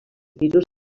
pisos